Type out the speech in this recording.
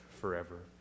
forever